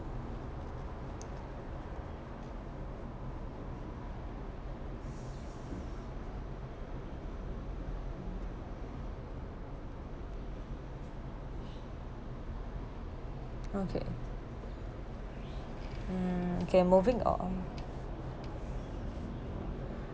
okay mm okay moving on